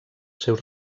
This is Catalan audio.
seus